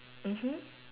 mmhmm